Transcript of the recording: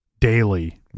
daily